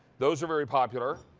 those are very popular,